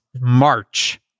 March